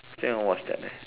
still haven't watch that eh